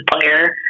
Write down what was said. player